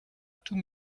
tout